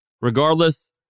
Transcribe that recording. Regardless